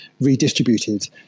redistributed